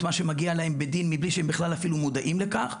מה שמגיע להם בדין מבלי שהם בכלל אפילו מודעים לכך,